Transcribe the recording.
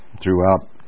throughout